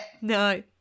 No